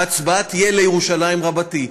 ההצבעה תהיה על ירושלים רבתי.